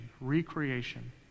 recreation